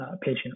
Patient